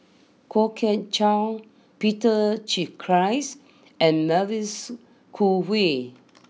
Kwok Kian Chow Peter Gilchrist and Mavis Khoo Oei